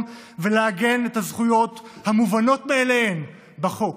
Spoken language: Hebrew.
ולעגן את הזכויות המובנות מאליהן בחוק.